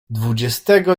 dwudziestego